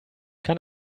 kann